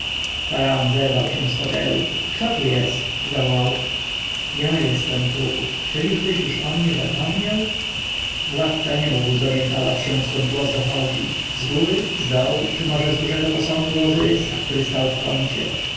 zerwał się z fotelu kto tu jest zawołał ja jestem ja czyliżeś już o mnie zapomniał władca nie mógł zorjentować się skąd głos pochodzi zgóry zdołu czy może z dużego posaguposągu ozyrysa który stał w kącie